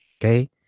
okay